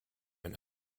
and